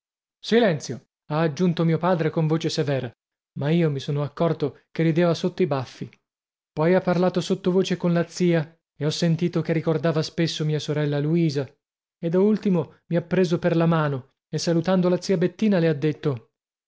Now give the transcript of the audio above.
silenzio ha aggiunto mio padre con voce severa ma io mi sono accorto che rideva sotto i baffi poi ha parlato sottovoce con la zia e ho sentito che ricordava spesso mia sorella luisa e da ultimo mi ha preso per la mano e salutando la zia bettina le ha detto